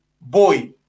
boy